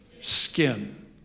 Skin